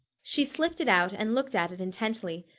she slipped it out and looked at it intently.